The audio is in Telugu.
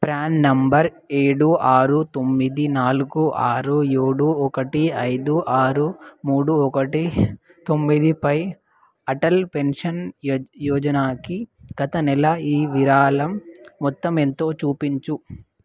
ప్రాణ్ నంబర్ ఏడు ఆరు తొమ్మిది నాలుగు ఆరు ఏడు ఒకటి ఐదు ఆరు మూడు ఒకటి తొమ్మిదిపై అటల్ పెన్షన్ య యోజనాకి గత నెల ఈ విరాళం మొత్తం ఎంతో చూపించు